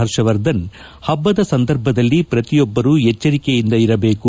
ಹರ್ಷವರ್ಧನ್ ಹಬ್ಬದ ಸಂದರ್ಭದಲ್ಲಿ ಶ್ರತಿಯೊಬ್ಬರೂ ಎಚ್ವರಿಕೆಯಿಂದ ಇರಬೇಕು